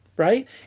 Right